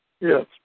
Yes